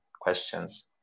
questions